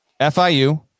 FIU